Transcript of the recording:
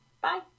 Bye